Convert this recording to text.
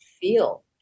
feel